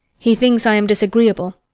he thinks i am disagreeable.